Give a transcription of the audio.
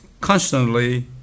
constantly